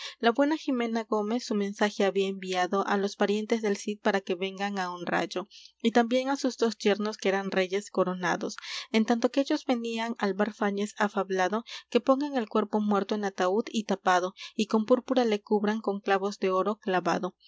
la buena jimena gómez su mensaje había enviado á los parientes del cid para que vengan á honrallo y también á sus dos yernos que eran reyes coronados en tanto que ellos venían álvar fáñez ha fablado que pongan el cuerpo muerto en ataúd y tapado y con púrpura le cubran con clavos de oro clavado